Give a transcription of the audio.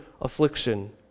affliction